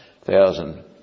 thousand